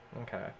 Okay